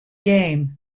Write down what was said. game